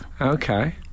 Okay